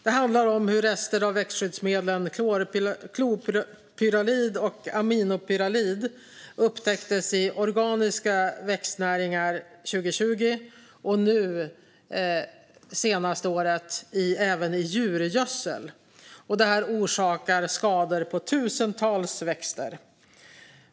Det handlar om att rester av växtskyddsmedlen klopyralid och aminopyralid upptäcktes i organiska växtnäringar 2020 och att de det senaste året även har upptäckts i djurgödsel. Det orsakar skador på tusentals växter.